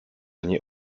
nie